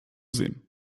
sehen